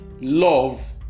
love